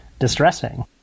distressing